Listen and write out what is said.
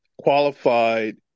qualified